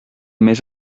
més